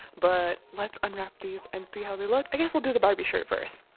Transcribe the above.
but. let's unwrap these and see how they look. i guess i'll do the barbie shirt first.